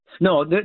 No